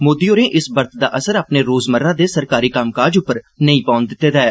मोदी होरें इस बरत दा असन अपने रोज़मर्रा दे सरकारी कम्मकाज उप्पर नेई पौन दिता ऐ